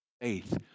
faith